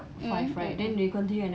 mm mmhmm